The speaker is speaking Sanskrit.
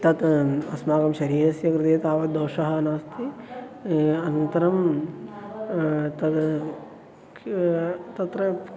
तत् अस्माकं शरीरस्य कृते तावद् दोषः नास्ति अनन्तरं तद् तत्र